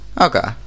Okay